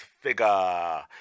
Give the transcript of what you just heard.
figure